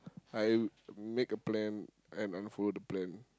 I'll make a plan and unfollow the plan